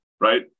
Right